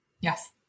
Yes